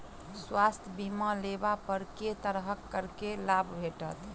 स्वास्थ्य बीमा लेबा पर केँ तरहक करके लाभ भेटत?